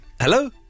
Hello